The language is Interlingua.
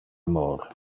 amor